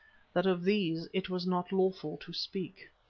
that of these it was not lawful to speak.